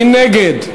מי נגד?